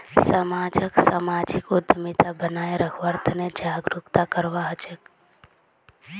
समाजक सामाजिक उद्यमिता बनाए रखवार तने जागरूकता करवा हछेक